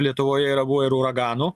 lietuvoje yra buvę ir uraganų